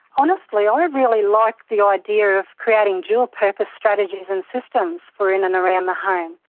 honestly i really like the idea of creating dual purpose strategies and systems for in and around the home,